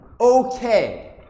okay